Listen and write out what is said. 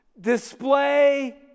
display